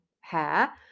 hair